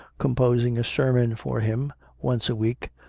com posing a sermon for him once a week,